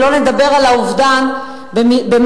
שלא נדבר על האובדן במס,